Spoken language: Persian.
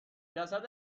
جسد